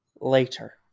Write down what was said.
later